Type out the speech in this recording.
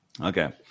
Okay